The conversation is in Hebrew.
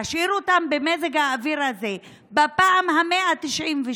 להשאיר אותם במזג האוויר הזה בפעם ה-196,